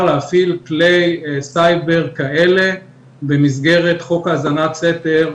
להפעיל כלי סייבר כאלה במסגרת חוק האזנת סתר,